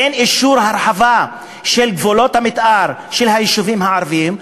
אין אישור הרחבה של גבולות המתאר של היישובים הערביים,